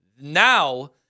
Now